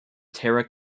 terra